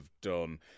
done